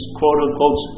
quote-unquote